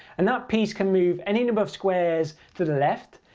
and that piece can move any number of squares to the left,